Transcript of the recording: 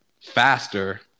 faster